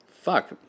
fuck